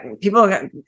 People